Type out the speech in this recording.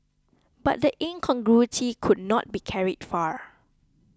but the incongruity could not be carried far